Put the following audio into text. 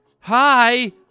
Hi